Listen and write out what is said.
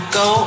go